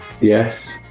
yes